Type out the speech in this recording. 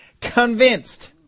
convinced